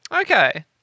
Okay